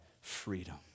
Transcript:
Freedom